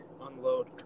unload